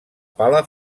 pala